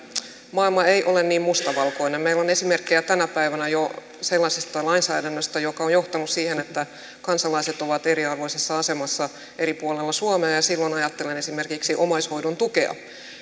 maailma ei ole niin mustavalkoinen meillä on esimerkkejä tänä päivänä jo sellaisesta lainsäädännöstä joka on johtanut siihen että kansalaiset ovat eriarvoisessa asemassa eri puolilla suomea silloin ajattelen esimerkiksi omaishoidon tukea